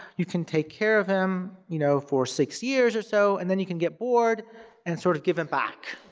you can take care of him you know for six years or so and then you can get bored and sort of give him back,